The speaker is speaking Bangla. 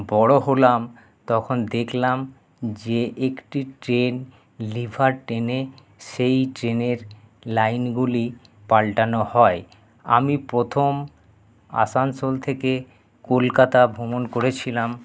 বড় হলাম তখন দেখলাম যে একটি ট্রেন লিভার টেনে সেই ট্রেনের লাইনগুলি পাল্টানো হয় আমি প্রথম আসানসোল থেকে কলকাতা ভ্রমণ করেছিলাম